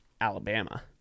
alabama